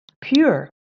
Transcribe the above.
pure